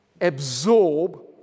absorb